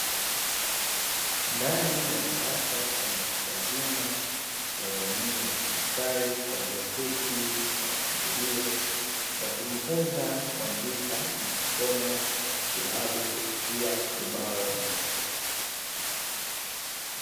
Ndani ya darasa kuna watu wazima wa jamii ya kimasai walioketi kwa mpangilio wakijifunza kuandika na kusoma silabu kupitia ubao mdogo.